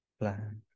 plan